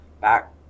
back